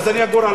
איפה אגור,